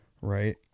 Right